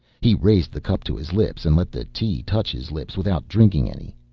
he raised the cup to his lips and let the tea touch his lips without drinking any.